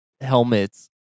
helmets